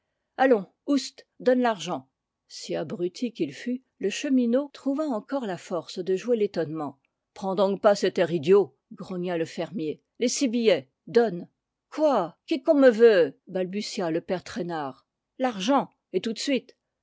allons ouste donne l'argent si abruti qu'il fût le chemineau trouva encore la force de jouer l'étonnement prends donc pas cet air idiot grogna le fermier les six billets donne quoi qu'è qu'on me veut balbutia le père traînard l'argent et tout de suite